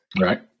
Right